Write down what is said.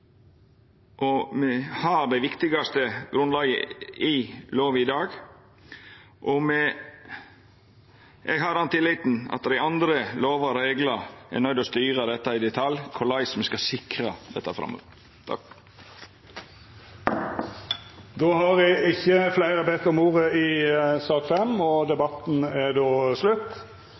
Me har det viktigaste grunnlaget i lova i dag, og eg har tillit til at dei andre lovene og reglane vil styra i detalj korleis me skal sikra dette framover. Fleire har ikkje bedt om ordet til sak nr. 5. Det er